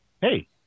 hey